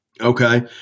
Okay